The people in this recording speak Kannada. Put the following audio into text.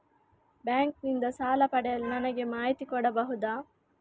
ಬ್ಯಾಂಕ್ ನಿಂದ ಸಾಲ ಪಡೆಯಲು ನನಗೆ ಮಾಹಿತಿ ಕೊಡಬಹುದ?